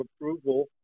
approval